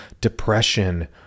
depression